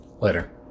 Later